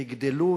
ויגדלו,